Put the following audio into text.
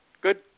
Good